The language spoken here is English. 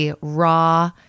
raw